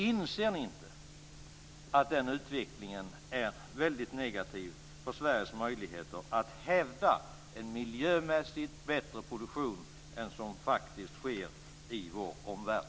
Inser ni inte att den utvecklingen är väldigt negativ för Sveriges möjligheter att hävda en miljömässigt bättre produktion än den som faktiskt sker i vår omvärld?